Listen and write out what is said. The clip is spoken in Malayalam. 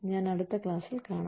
ഞാൻ അടുത്ത ക്ലാസ്സിൽ കാണാം